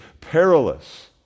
perilous